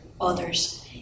others